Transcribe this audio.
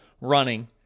running